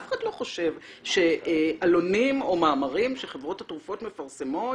אף אחד לא חושב שעלונים או מאמרים שחברות התרופות מפרסמות,